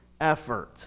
effort